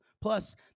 Plus